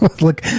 look